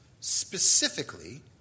specifically